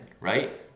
right